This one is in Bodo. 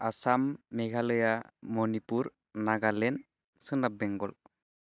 आसाम मेघालया मणिपुर नागालेण्ड सोनाब बेंगल